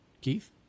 Keith